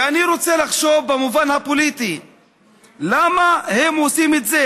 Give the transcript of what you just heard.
ואני רוצה לחשוב במובן הפוליטי למה הם עושים את זה.